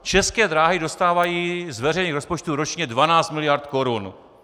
České dráhy dostávají z veřejných rozpočtů ročně 12 miliard korun.